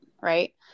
right